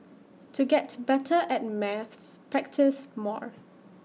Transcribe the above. to get better at maths practise more